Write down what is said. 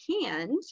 hand